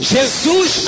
Jesus